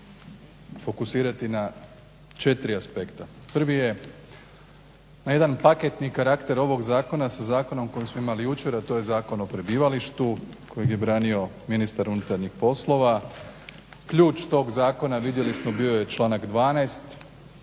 izlaganje fokusirati na 4 aspekta. Prvi je na jedan paketni karakter ovog zakona sa zakonom koji smo imali jučer, a to je Zakon o prebivalištu koji je branio ministar unutarnjih poslova. Ključ tog zakona vidjeli smo bio je članak